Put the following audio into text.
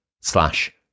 slash